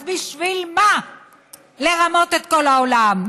אז בשביל מה לרמות את כל העולם?